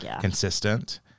consistent